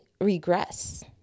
regress